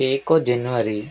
ଏକ ଜାନୁଆରୀ